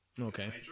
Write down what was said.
Okay